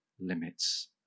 limits